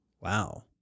wow